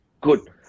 good